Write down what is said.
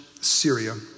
Syria